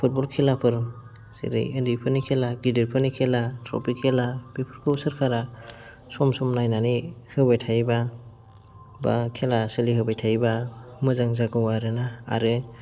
football खेलाफोर जेरै उन्दैफोरनि खेला गिदिरफोरनि खेला ट्रफि खेला बेफोरखौ सरखारा सम सम नायनानै होबाय थायोब्ला बा खेला सोलिहोबाय थायोब्ला मोजां जागौ आरो ना आरो